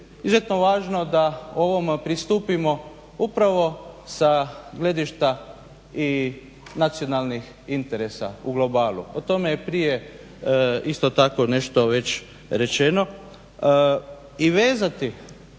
izuzetno važno da ovom pristupimo upravo sa gledišta i nacionalnih interesa u globalu. O tome je prije isto tako nešto već rečeno. I vezati